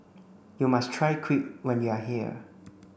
you must try Crepe when you are here